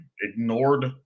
ignored